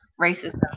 racism